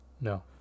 no